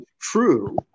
true